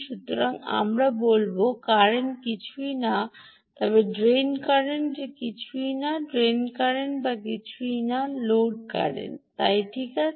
সুতরাং আমরা বলবো কারেন্ট কিছুই না তবে ড্রেন কারেন্ট যা কিছুই নয় ড্রেন কারেন্ট বা কিছুই না লোড কারেন্ট তাই ঠিক আছে